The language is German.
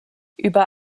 über